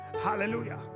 Hallelujah